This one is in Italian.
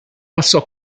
passò